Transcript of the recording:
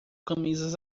camisas